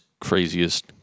craziest